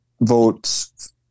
votes